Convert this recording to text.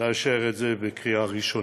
לאשר את זה בקריאה ראשונה.